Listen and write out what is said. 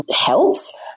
helps